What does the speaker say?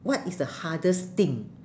what is the hardest thing